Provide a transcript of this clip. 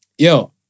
Yo